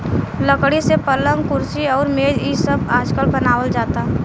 लकड़ी से पलंग, कुर्सी अउरी मेज़ इ सब आजकल बनावल जाता